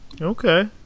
okay